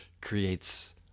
creates